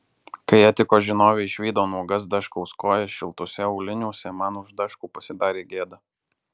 kai etikos žinovė išvydo nuogas daškaus kojas šiltuose auliniuose man už daškų pasidarė gėda